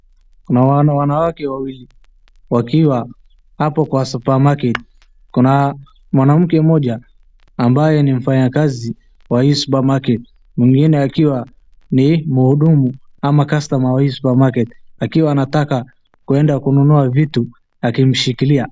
Nawaona wanawake wawili wakiwa hapo kwa supermarket , kuna mwanamke mmoja ambaye ni mfanyakazi wa hii supermarket, mwingine akiwa ni mhudumu au customer wa hii supermarket ambaye anataka kwenda kununua vitu akimshikilia.